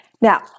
Now